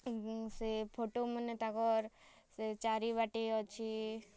ସେ ଫଟୋମାନେ ତାକର୍ ସେ ଚାରିବାଟେ ଅଛେ